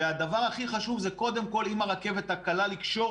והדבר הכי חשוב היא קודם כל עם הרכבת הקלה לקשור